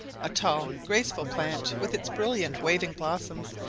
a tall graceful plant, with its brilliant waving blossoms,